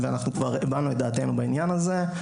ואנחנו כבר הבענו את דעתנו בעניין הזה.